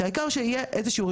כדי שהם יוכלו להיות,